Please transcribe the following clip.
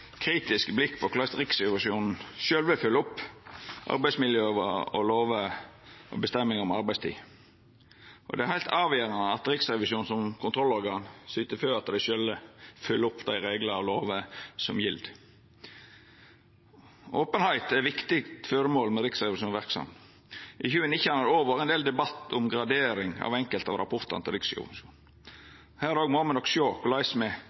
kritisk blikk på korleis Riksrevisjonen sjølv følgjer opp arbeidsmiljølova og reglane om arbeidstid. Det er heilt avgjerande at Riksrevisjonen som kontrollorgan syter for at dei sjølve følgjer opp dei reglane og lovene som gjeld. Openheit er eit viktig føremål med Riksrevisjonens verksemd. I 2019 har det òg vore ein del debatt om gradering av enkelte av rapportane til Riksrevisjonen. Her må me sjå på korleis